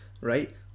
Right